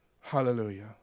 Hallelujah